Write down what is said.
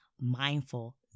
mindful